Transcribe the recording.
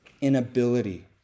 inability